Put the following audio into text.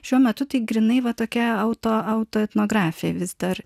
šiuo metu tai grynai va tokia auto auto etnografija vis dar